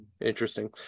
interesting